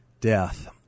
death